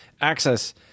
access